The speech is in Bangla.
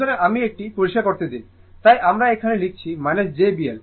সুতরাং আমি এটি পরিষ্কার করতে দিন তাই আমরা এখানে লিখছি j B L